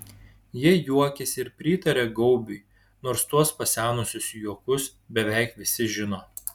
jie juokiasi ir pritaria gaubiui nors tuos pasenusius juokus beveik visi žino